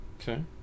Okay